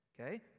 Okay